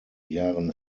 jahren